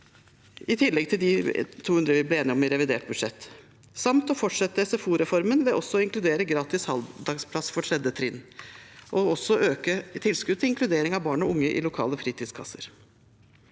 i tillegg til de 200 kr vi ble enige om i revidert budsjett, samt å fortsette SFO-reformen ved å inkludere gratis halvdagsplass for 3. trinn, og også å øke tilskuddet til inkludering av barn og unge i lokale fritidskasser.